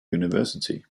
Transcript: university